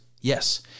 Yes